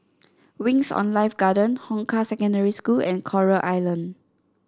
Wings On Life Garden Hong Kah Secondary School and Coral Island